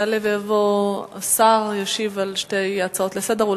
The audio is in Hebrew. יעלה ויבוא השר וישיב על שתי ההצעות לסדר-היום,